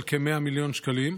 של כ-100 מיליון שקלים,